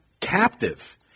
captive